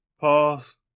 pause